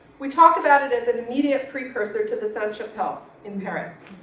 we talk about it as an immediate precursor to the sainte chapelle in paris.